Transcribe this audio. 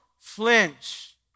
flinch